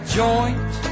joint